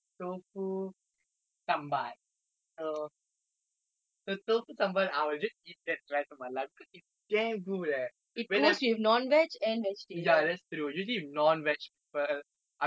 so tofu sambal I will just eat that the rest of my life because it is damn good leh when I ya that's true usually non vegetarian people I mean vegetarian people will eat that during when I'm vegetarian I always eat that